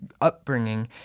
upbringing